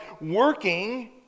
working